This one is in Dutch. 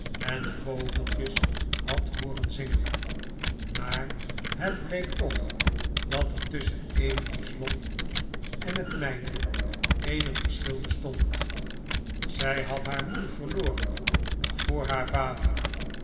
en de vogeltjes had hooren zingen maar het bleek toch dat er tusschen emily's lot en het mijne eenig verschil bestond zij had haar moeder verloren nog voor haar vader